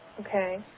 Okay